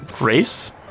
race